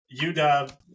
UW